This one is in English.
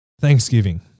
Thanksgiving